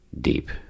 deep